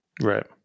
Right